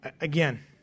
Again